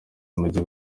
mujyi